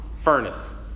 furnace